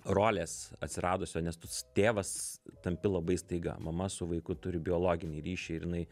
rolės atsiradusio nes tėvas tampi labai staiga mama su vaiku turi biologinį ryšį ir jinai